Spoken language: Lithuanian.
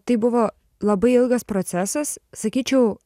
tai buvo labai ilgas procesas sakyčiau